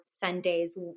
Sundays